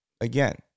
again